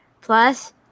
plus